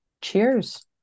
Cheers